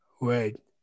Wait